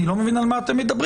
אני לא מבין על מה אתם מדברים.